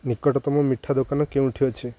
ନିକଟତମ ମିଠା ଦୋକାନ କେଉଁଠି ଅଛି